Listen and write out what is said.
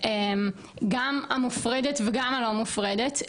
גם המופרדת וגם הלא מופרדת,